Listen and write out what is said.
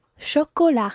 chocolat